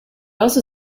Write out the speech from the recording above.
also